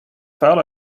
vuil